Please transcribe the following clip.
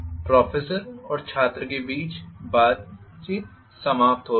professor और छात्र के बीच बातचीत समाप्त होती है